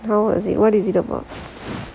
how was it what was it about